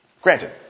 Granted